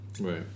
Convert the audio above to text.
Right